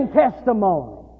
testimony